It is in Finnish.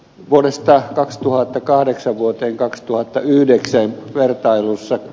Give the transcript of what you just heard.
vuodesta kaksituhattakahdeksan vuoteen kaksituhattayhdeksän vertailussa